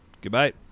Goodbye